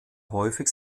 häufig